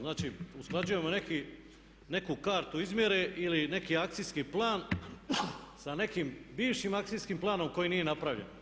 Znači usklađujemo neku kartu izmjere ili neki akcijski plan sa nekim bivšim akcijskim planom koji nije napravljen.